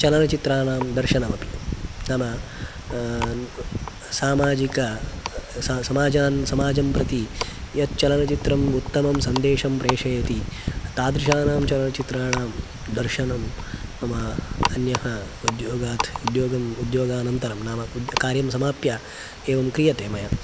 चलनचित्राणां दर्शनमपि नाम सामाजिक समाजान् समाजं प्रति यत् चलनचित्रम् उत्तमं सन्देशं प्रेषयति तादृशानां चलनचित्राणां दर्शनं मम अन्यः उद्योगात् उद्योगं उद्योगानन्तरं नाम कार्यं समाप्य एवं क्रियते मया